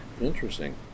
Interesting